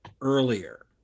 earlier